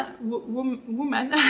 woman